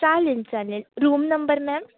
चालेल चालेल room number ma'am